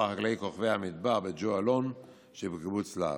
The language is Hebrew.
החקלאי כוכבי המדבר בג'ו אלון שבקיבוץ להב.